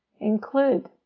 include